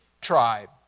tribe